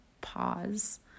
pause